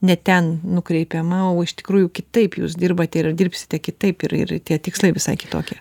ne ten nukreipiama o iš tikrųjų kitaip jūs dirbate ir dirbsite kitaip ir ir tie tikslai visai kitokie